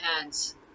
hands